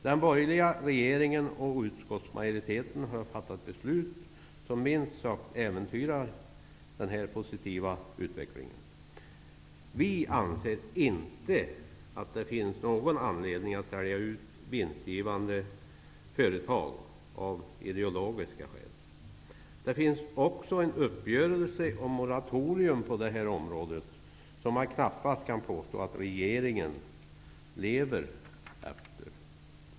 Den borgerliga regeringen och utskottsmajoriteten har fattat beslut som minst sagt äventyrar denna positiva utveckling. Vi anser inte att det finns någon anledning att sälja ut vinstgivande företag av ideologiska skäl. Det finns också en uppgörelse om ett moratorium på detta område, vilken man knappast kan påstå att regeringen lever efter.